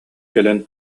кэлэн